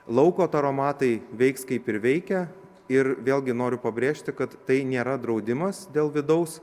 lauko taromatai veiks kaip ir veikia ir vėlgi noriu pabrėžti kad tai nėra draudimas dėl vidaus